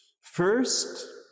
First